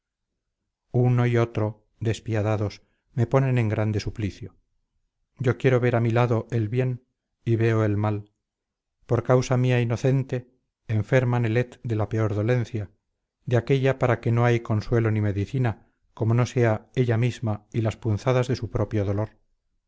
uno y otro despiadados me ponen en grande suplicio yo quiero ver a mi lado el bien y veo el mal por causa mía inocente enferma nelet de la peor dolencia de aquella para que no hay consuelo ni medicina como no sea ella misma y las punzadas de su propio dolor